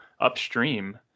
upstream